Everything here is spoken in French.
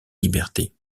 liberté